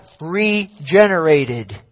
regenerated